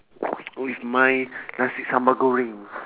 oh it's my nasi sambal goreng